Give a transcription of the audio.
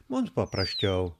mums paprasčiau